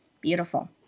Beautiful